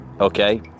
Okay